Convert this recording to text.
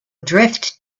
drift